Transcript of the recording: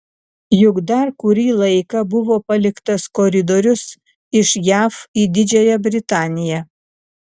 juk dar kurį laiką buvo paliktas koridorius iš jav į didžiąją britaniją